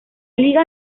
liga